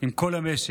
עם כל המשק,